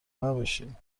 نباشین